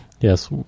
Yes